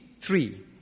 three